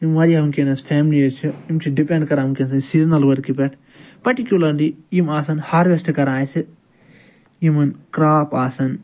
یِم واریاہ وُنٛکیٚس فیملیٖز چھِ تِم چھِ ڈِپیٚنڈ کران وُنٛکٮ۪س سیٖزنَل ؤرکہِ پٮ۪ٹھ پٔرٹِکیٛوٗلَرلی یِم آسان ہارویٚسٹہٕ کران اسہِ یِمَن کرٛاپ آسان